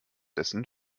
dessen